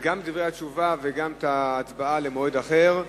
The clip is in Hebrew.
גם את דברי התשובה וגם את ההצבעה למועד אחר.